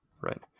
Right